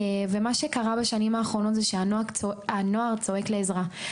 מה שקרה בשנים האחרונות זה שהנוער צועק לעזרה.